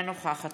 אינה נוכחת